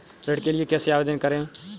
ऋण के लिए कैसे आवेदन करें?